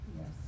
Yes